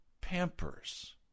pampers